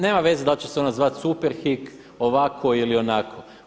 Nema veze da li će se ona zvati Superhik ovako ili onako.